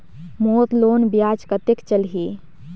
मोर loan ब्याज कतेक चलही?